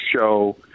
show